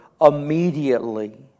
immediately